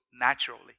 naturally